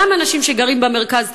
גם אנשים שגרים במרכז,